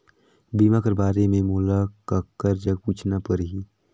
बीमा कर बारे मे मोला ककर जग पूछना परही?